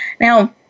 Now